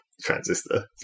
Transistor